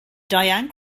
diana